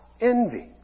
envy